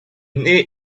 née